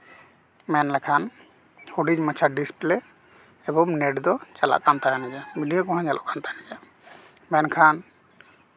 ᱢᱮᱱᱞᱮᱠᱷᱟᱱ ᱦᱩᱰᱤᱧ ᱢᱟᱪᱷᱟ ᱰᱤᱥᱯᱞᱮ ᱮᱵᱚᱝ ᱱᱮᱴ ᱫᱚ ᱪᱟᱞᱟᱜ ᱠᱟᱱ ᱛᱟᱦᱮᱱ ᱜᱮ ᱵᱷᱤᱰᱭᱳ ᱠᱚᱦᱚᱸ ᱧᱮᱞᱚᱜ ᱠᱟᱱ ᱛᱟᱦᱮᱱ ᱜᱮ ᱢᱮᱱᱠᱷᱟᱱ